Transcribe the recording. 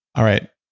all right.